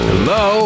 Hello